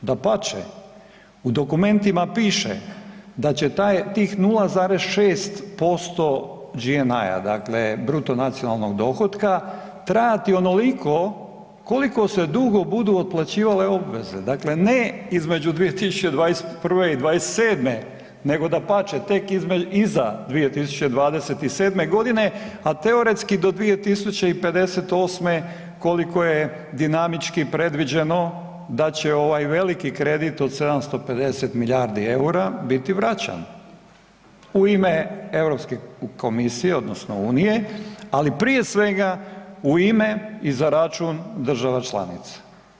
Dapače, u dokumentima piše da će tih 0,6% GNI dakle bruto nacionalnog dohotka trajati onoliko koliko se dugo budu otplaćivale obveze, dakle ne između 2021. i '27., nego dapače tek iza 2027. godine, a teoretski do 2058. koliko je dinamički predviđeno da će ovaj veliki kredit od 750 milijardi EUR-a biti vraćan u ime Europske komisije odnosno unije, ali prije svega u ime i za račun država članica.